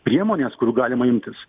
priemonės kurių galima imtis